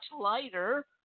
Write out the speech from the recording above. lighter